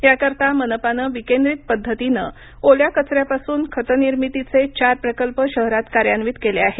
याकरता मनपानं विकेंद्रित पद्धतीनं ओल्या कचर्याेपासून खत निर्मितीचे चार प्रकल्प शहरात कार्यान्वित केले आहेत